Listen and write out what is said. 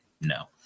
No